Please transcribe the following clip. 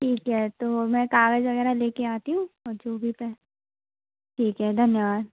ठीक है तो मैं कागज़ वग़ैरह ले कर आती हूँ और जो भी पै ठीक है धन्यवाद